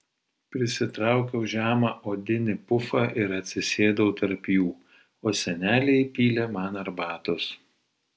prisitraukiau žemą odinį pufą ir atsisėdau tarp jų o senelė įpylė man arbatos